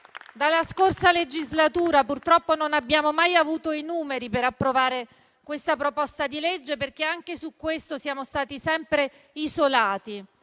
dalla scorsa legislatura: purtroppo non abbiamo mai avuto i numeri per approvare questa proposta di legge, perché anche su questo siamo stati sempre isolati